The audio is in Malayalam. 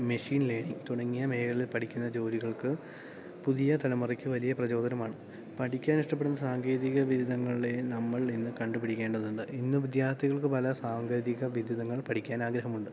മെഷീൻ ലേണിങ് തുടങ്ങിയ മേഖലയിൽ പഠിക്കുന്ന ജോലികൾക്ക് പുതിയ തലമുറക്ക് വലിയ പ്രചോദനമാണ് പഠിക്കാൻ ഇഷ്ടപ്പെടുന്ന സാങ്കേതിക ബിരുദങ്ങളിലെ നമ്മൾ ഇന്ന് കണ്ടുപിടിക്കേണ്ടതുണ്ട് ഇന്ന് വിദ്യാർത്ഥികൾക്ക് പല സാങ്കേതിക ബിരുദങ്ങൾ പഠിക്കാൻ ആഗ്രഹമുണ്ട്